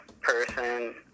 person